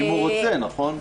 אם הוא רוצה, נכון?